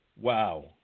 Wow